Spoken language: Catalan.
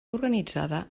organitzada